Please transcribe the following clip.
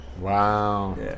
Wow